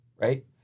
right